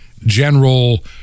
General